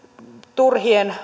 turhissa